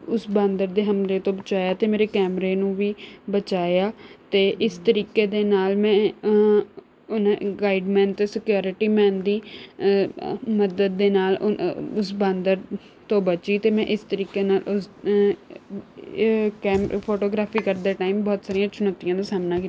ਉਸ ਬਾਂਦਰ ਦੇ ਹਮਲੇ ਤੋਂ ਬਚਾਇਆ ਅਤੇ ਮੇਰੇ ਕੈਮਰੇ ਨੂੰ ਵੀ ਬਚਾਇਆ ਅਤੇ ਇਸ ਤਰੀਕੇ ਦੇ ਨਾਲ ਮੈਂ ਉਨਾਂ ਗਾਈਡਮੈਨ ਅਤੇ ਸਕਿਉਰਿਟੀ ਮੈਨ ਦੀ ਮਦਦ ਦੇ ਨਾਲ ਉਸ ਬਾਂਦਰ ਤੋਂ ਬਚੀ ਅਤੇ ਮੈਂ ਇਸ ਤਰੀਕੇ ਨਾਲ ਉਸ ਕੈਮ ਫੋਟੋਗ੍ਰਾਫੀ ਕਰਦਿਆਂ ਟਾਈਮ ਬਹੁਤ ਸਾਰੀਆਂ ਚੁਨੌਤੀਆਂ ਦਾ ਸਾਹਮਣਾ ਕੀਤਾ